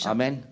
Amen